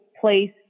place